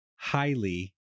highly